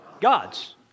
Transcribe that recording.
God's